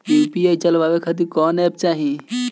UPI चलवाए के खातिर कौन एप चाहीं?